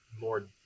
more